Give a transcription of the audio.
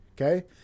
okay